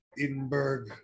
edinburgh